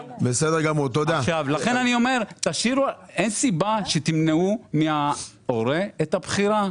לכן אני אומר: אין סיבה שתמנעו מההורה את הבחירה.